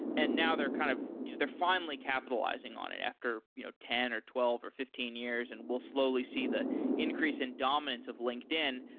and now they're kind of they're finally capitalizing on it after you know ten or twelve or fifteen years and we'll slowly see the increase in dominance of linkedin.